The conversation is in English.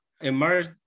emerged